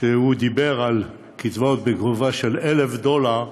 כשהוא דיבר על קצבאות בגובה של 1,000 דולר,